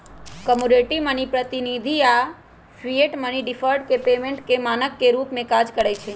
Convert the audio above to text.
commodity money, प्रतिनिधि धन आऽ फिएट मनी डिफर्ड पेमेंट के मानक के रूप में काज करइ छै